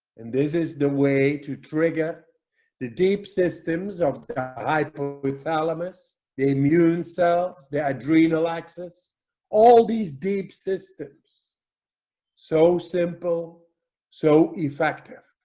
and this is the way to trigger the deep systems of the hypothalamus the immune cells. there are drina laxus all these deep systems so simple so effective